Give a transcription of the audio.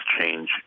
change